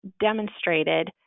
demonstrated